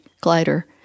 glider